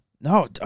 No